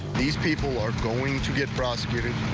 these people are going to get prosecuted.